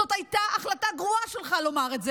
זאת הייתה החלטה גרועה שלך לומר את זה,